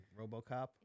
RoboCop